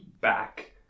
back